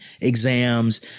exams